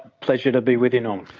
pleasure to be with you, know um